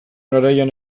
garaian